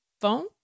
phone